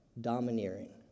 domineering